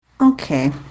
Okay